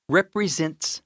represents